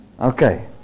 Okay